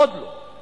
עוד לא,